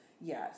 yes